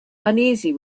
uneasy